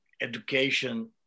education